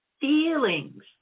feelings